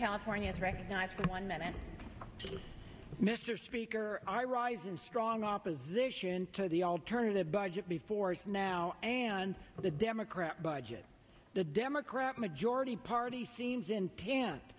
california to recognize one minute mr speaker i rise in strong opposition to the alternative budget before it's now and the democrat budget the democrat majority party seems intent